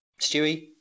Stewie